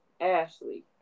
Ashley